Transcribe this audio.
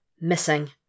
Missing